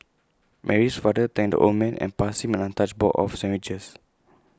Mary's father thanked the old man and passed him an untouched box of sandwiches